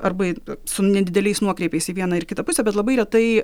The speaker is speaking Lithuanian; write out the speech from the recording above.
arba su nedideliais nuokrypiais į vieną ar kitą pusę bet labai retai